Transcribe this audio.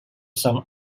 some